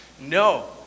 No